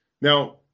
Now